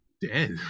dead